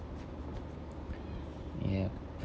yup